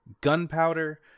gunpowder